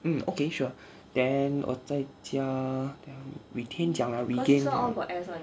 um okay sure then 我在加等下 retain 讲 liao regain